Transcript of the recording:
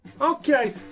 Okay